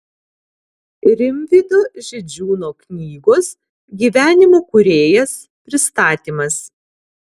rimvydo židžiūno knygos gyvenimo kūrėjas pristatymas